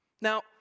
Now